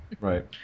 Right